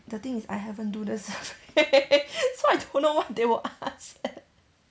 the thing is I haven't do the survey so I don't know what they will ask